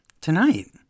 Tonight